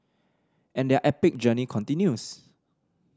and their epic journey continues